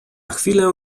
chwilę